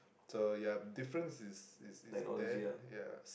so ya difference is is is that ya